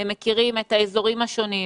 הם מכירים את האזורים השונים,